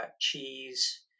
cheese